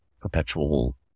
perpetual